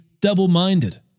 double-minded